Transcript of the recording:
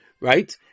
right